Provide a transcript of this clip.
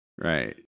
Right